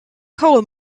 coal